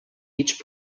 each